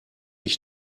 ich